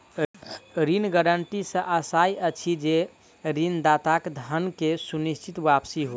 ऋण गारंटी सॅ आशय अछि जे ऋणदाताक धन के सुनिश्चित वापसी होय